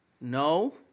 no